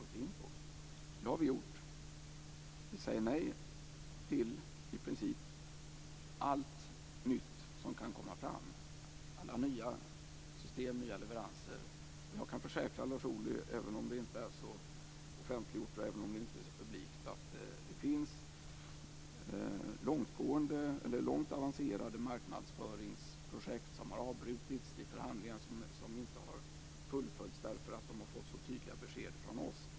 Det har vi gjort. Vi säger nej till i princip allt nytt, alla nya system och alla nya leveranser. Jag kan försäkra Lars Ohly - även om det inte är offentliggjort och även om det inte är så publikt - att det finns mycket avancerade marknadsföringsprojekt som har avbrutits. Förhandlingar har inte fullföljts därför att vi har gett så klara besked.